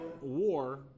war